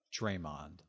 Draymond